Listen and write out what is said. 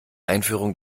einführung